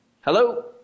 Hello